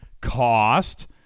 cost